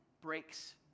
breaks